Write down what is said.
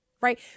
right